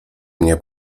mnie